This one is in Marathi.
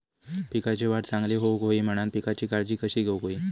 पिकाची वाढ चांगली होऊक होई म्हणान पिकाची काळजी कशी घेऊक होई?